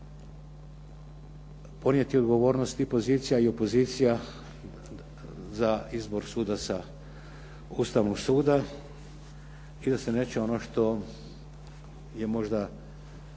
ponijeti odgovornost i pozicija i opozicija za izbor sudaca Ustavnog suda i da se neće ono što je možda